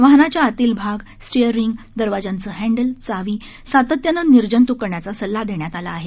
वाहनाच्या आतील भाग स्टिअरिंग दरवांचे हँडल चावी सातत्याने निर्जुतक करण्याचा सल्ला देण्यात आला आहे